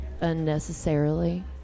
unnecessarily